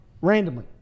randomly